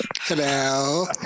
Hello